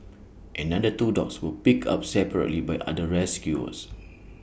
another two dogs were picked up separately by other rescuers